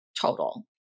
total